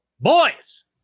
boys